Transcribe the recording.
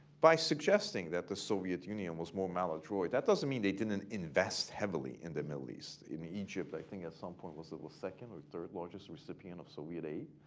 by suggesting that the soviet union was more maladroit, that doesn't mean they didn't and invest heavily in the middle east. in egypt i think at some point was either the second or third largest recipient of soviet aid.